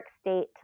state